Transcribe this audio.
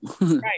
right